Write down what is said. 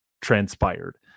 transpired